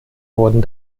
wurden